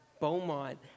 Beaumont